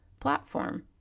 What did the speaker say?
Platform